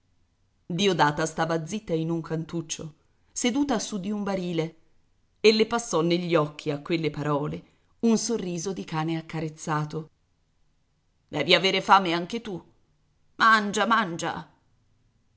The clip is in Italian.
diodata stava zitta in un cantuccio seduta su di un barile e le passò negli occhi a quelle parole un sorriso di cane accarezzato devi aver fame anche tu mangia mangia